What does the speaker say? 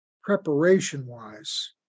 preparation-wise